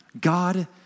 God